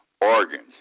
Organs